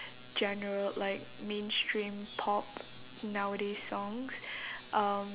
general like mainstream pop nowadays songs um